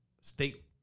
state